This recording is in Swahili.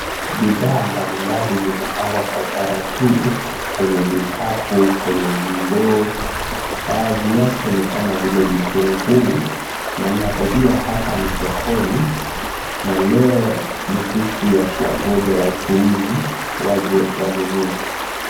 Bithaa mbalimbali zimepangwa kwa utaratibu kwenye vikapu kwanye vindoo baadhi yake nikama vitunguu na nadhania hapa ni sokoni na leo nisiku ya kuwangoja wachuuzi waje wanunue.